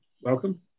welcome